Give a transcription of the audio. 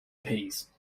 peas